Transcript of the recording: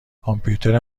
کامپیوتر